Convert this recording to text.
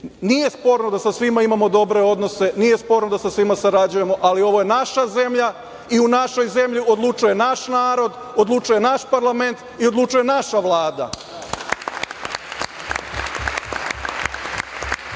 Nije sporno da sa svima imamo dobre odnose, nije sporno da sa svima sarađujemo, ali ovo je naša zemlja i u našoj zemlji odlučuje naš narod. Odlučuje naš parlament i odlučuje naša